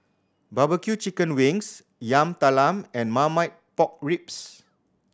barbecue chicken wings Yam Talam and Marmite Pork Ribs